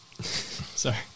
sorry